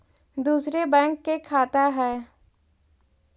दुसरे बैंक के खाता हैं?